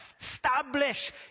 establish